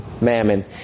mammon